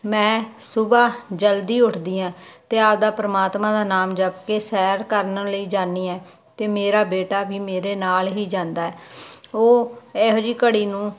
ਮੈਂ ਸੁਬਹਾ ਜਲਦੀ ਉੱਠਦੀ ਆਂ ਤੇ ਆਪਦਾ ਪਰਮਾਤਮਾ ਦਾ ਨਾਮ ਜਪ ਕੇ ਸੈਰ ਕਰਨ ਲਈ ਜਾਨੀ ਹੈ ਤੇ ਮੇਰਾ ਬੇਟਾ ਵੀ ਮੇਰੇ ਨਾਲ ਹੀ ਜਾਂਦਾ ਉਹ ਇਹੋ ਜਿਹੀ ਘੜੀ ਨੂੰ